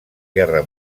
guerra